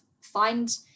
find